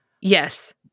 Yes